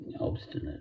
obstinate